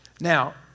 Now